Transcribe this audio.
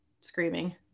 screaming